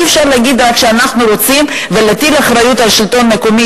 אי-אפשר להגיד רק שאנחנו רוצים להטיל אחריות על השלטון המקומי